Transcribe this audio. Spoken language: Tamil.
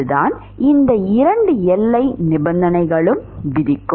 அதுதான் இந்த இரண்டு எல்லை நிபந்தனைகளும் விதிக்கும்